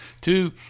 two